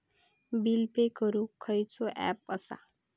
Bill pay करूक खैचो app असा?